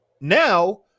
now